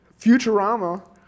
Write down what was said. Futurama